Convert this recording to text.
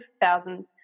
thousands